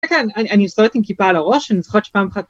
כן, כן, אני מסתובבת עם כיפה על הראש, אני זוכרת שפעם אחת